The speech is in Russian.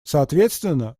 соответственно